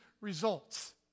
results